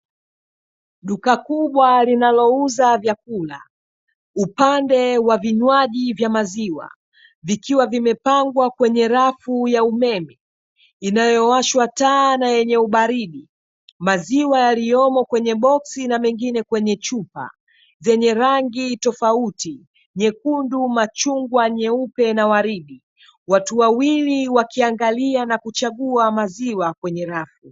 Duka kubwa linalouza vyakula, upande wa vinywaji vya maziwa vikiwa vimepangwa kwenye rafu ya umeme inayowashwa taa na yenye ubaridi. Maziwa yaliyomo kwenye boksi na mengine kwenye chupa zenye rangi tofauti: nyekundu, machungwa, nyeupe na waridi; watu wawili wakiangalia na kuchagua maziwa kwenye rafu.